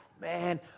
Man